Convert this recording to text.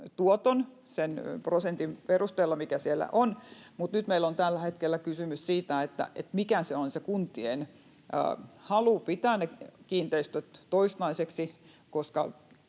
tuoton sen prosentin perusteella, mikä siellä on, mutta nyt meillä on tällä hetkellä kysymys siitä, mikä on kuntien halu pitää ne kiinteistöt toistaiseksi, koska